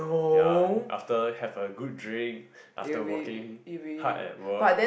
ya after have a good drink after working hard at work